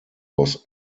was